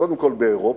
קודם כול באירופה,